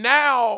now